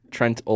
Trent